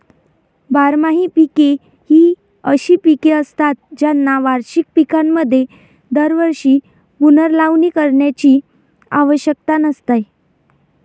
बारमाही पिके ही अशी पिके असतात ज्यांना वार्षिक पिकांप्रमाणे दरवर्षी पुनर्लावणी करण्याची आवश्यकता नसते